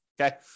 Okay